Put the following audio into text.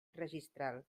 registral